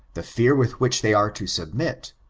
the fear with which they are to submit,